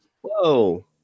Whoa